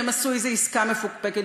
שהם עשו איזה עסקה מפוקפקת.